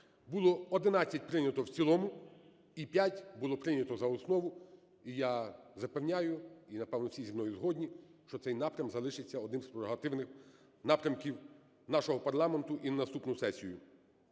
було 11 прийнято в цілому і 5 було прийнято за основу. І я запевняю і напевно всі зі мною згодні, що цей напрям залишиться одним ізпрерогативних напрямків нашого парламенту і на наступну сесію.